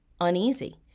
uneasy